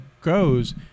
goes